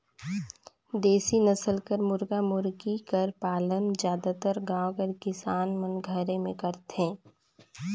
देसी नसल कर मुरगा मुरगी कर पालन जादातर गाँव कर किसान मन घरे में करथे